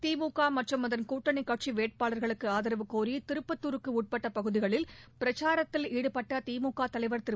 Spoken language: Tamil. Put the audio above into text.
திமுக மற்றும் அதன் கூட்டடணிக்கட்சி வேட்பாளர்களுக்கு ஆதரவுக்கோரி திருப்பத்துருக்கு உட்பட்ட பகுதிகளில் பிரச்சாரத்தில் ஈடுபட்ட திமுக தலைவர் திரு